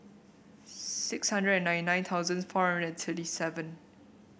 six hundred and ninty nine thousand four hundred and thirty seven